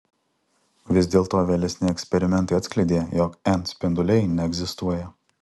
vis dėlto vėlesni eksperimentai atskleidė jog n spinduliai neegzistuoja